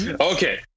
Okay